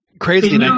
Crazy